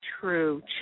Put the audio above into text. true